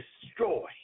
destroy